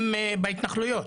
הם בהתנחלויות?